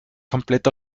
komplett